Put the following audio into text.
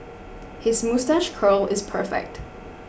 his moustache curl is perfect